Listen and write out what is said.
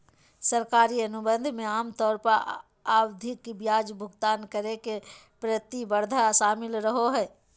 सरकारी अनुबंध मे आमतौर पर आवधिक ब्याज भुगतान करे के प्रतिबद्धता शामिल रहो हय